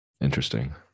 Interesting